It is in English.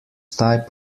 type